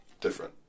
different